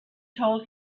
told